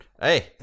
hey